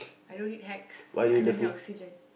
I don't need hacks I don't need oxygen